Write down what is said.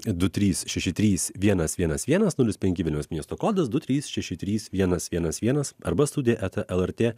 du trys šeši trys vienas vienas vienas nulis penki vilniaus miesto kodas du trys šeši trys vienas vienas vienas arba studija eta lrt